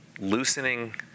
loosening